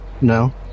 No